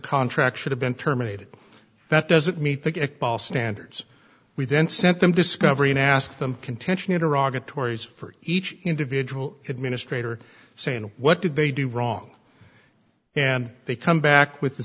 contract should have been terminated that doesn't meet the kickball standards we then sent them discovery and ask them contention into rocket tories for each individual administrator saying what did they do wrong and they come back with the